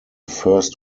first